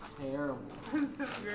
terrible